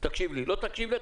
אז תקשיב לי.